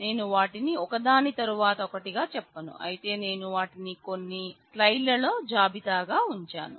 నేను వాటిని ఒకదాని తరువాత ఒకటి గా చెప్పను అయితే నేను వాటిని కొన్ని స్లైడ్ ల్లో జాబితా గా ఉంచాను